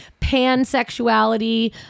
Pansexuality